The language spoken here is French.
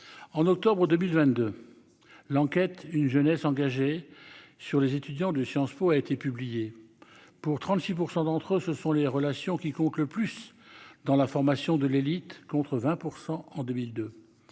en octobre 2022 l'enquête une jeunesse engagée sur les étudiants de Sciences Po a été publié pour 36 % d'entre eux, ce sont les relations qui compte le plus dans la formation de l'élite, contre 20 % en 2002